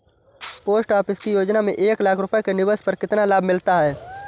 Post office की योजना में एक लाख रूपए के निवेश पर कितना लाभ मिलता है?